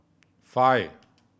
five